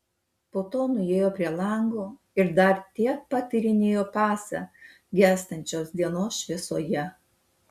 po to nuėjo prie lango ir dar tiek pat tyrinėjo pasą gęstančios dienos šviesoje